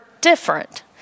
different